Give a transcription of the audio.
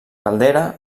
caldera